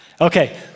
Okay